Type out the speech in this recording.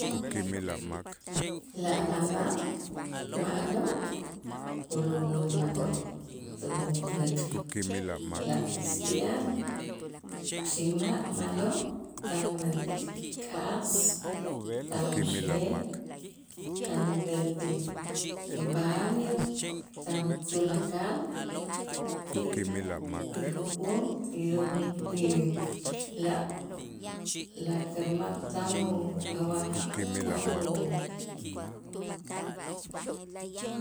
La janal ma'lo' kulub'ul ma'lo' tunäk' la cristiano xi'mal ma'lo' tan umentik k'as tan uxej tan ub'el ti- ti baño tan tulakal y y uju'um y juntu y la la cama tan u awaan tan u